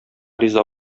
риза